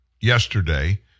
yesterday